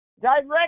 Direct